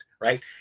right